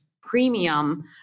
premium